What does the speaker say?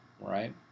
right